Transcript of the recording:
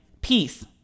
peace